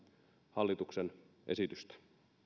hallituksen esitystä arvoisa